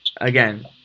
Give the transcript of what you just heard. Again